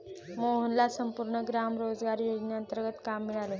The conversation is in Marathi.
मोहनला संपूर्ण ग्राम रोजगार योजनेंतर्गत काम मिळाले